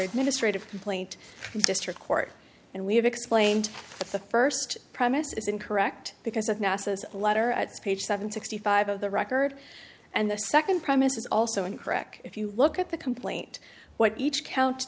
administrative complaint district court and we have explained that the first premise is incorrect because of nasa's letter at page seven sixty five of the record and the second premise is also incorrect if you look at the complaint what each cou